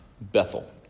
Bethel